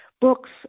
books